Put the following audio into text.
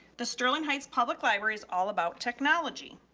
the sterling heights public libraries, all about technology.